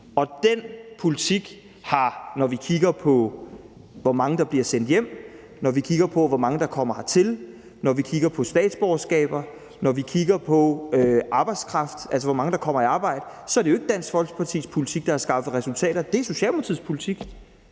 Og når vi kigger på, hvor mange der bliver sendt hjem, når vi kigger på, hvor mange der kommer hertil, når vi kigger på statsborgerskaber, og når vi kigger på arbejdskraft, altså hvor mange der kommer i arbejde, så er det jo ikke Dansk Folkepartis politik, der har skaffet resultater; det er Socialdemokratiets politik.